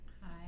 Hi